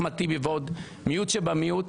אחמד טיבי ועוד מיעוט שבמיעוט.